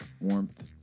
warmth